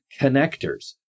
connectors